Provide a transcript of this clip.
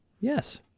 Yes